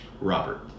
Robert